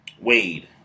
Wade